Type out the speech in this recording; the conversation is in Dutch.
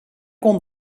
kon